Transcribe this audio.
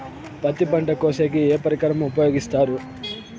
పత్తి పంట కోసేకి ఏ పరికరం ఉపయోగిస్తారు?